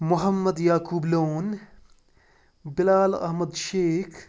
Muhammad Yaqoob Lone Bilal Ahmad Sheikh